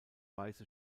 weiße